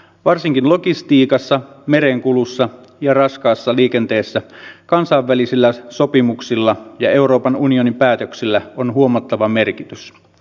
varsinkin logistiikassa merenkulussa ja raskaassa liikenteessä kansainvälisillä sopimuksilla ja euroopan unionin päätöksillä on huomattava merkitys